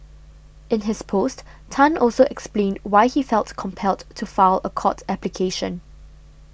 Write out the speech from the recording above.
in his post Tan also explained why he felt compelled to file a court application